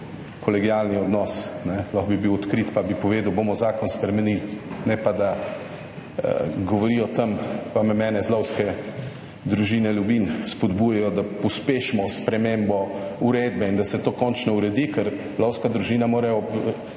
kolegialni odnos. Lahko bi bil odkrit pa bi povedal bomo zakon spremenili ne pa da govori o tem, pa mene iz Lovske družine Lubinj spodbujajo, da pospešimo spremembo uredbe in da se to končno uredi, ker lovska družina mora ob